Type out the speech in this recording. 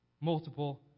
multiple